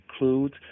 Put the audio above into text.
includes